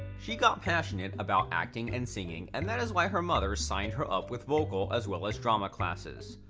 she got passionate about acting and singing and that is why her mother signed her up with vocal as well as drama classes.